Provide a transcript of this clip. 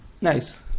Nice